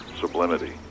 sublimity